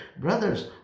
brothers